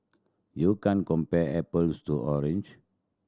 you can't compare apples to orange